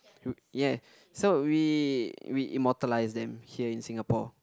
ya so we we immortalise then here in Singapore